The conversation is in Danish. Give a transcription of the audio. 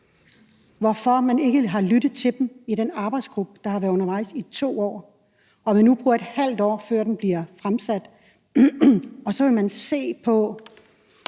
Hvorfor har man ikke lyttet til dem i den arbejdsgruppe, der har været undervejs i 2 år? Og nu går der et halvt år, før den bliver fremsat, og så vil man se på,